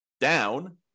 down